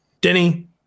Denny